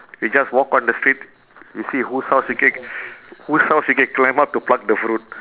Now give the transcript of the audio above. you just walk on the street you see whose house you can whose house you can climb up to pluck the fruit